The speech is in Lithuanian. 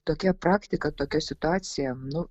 tokia praktika tokia situacija nu